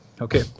Okay